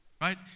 Right